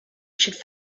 should